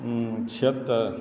से तऽ